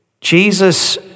Jesus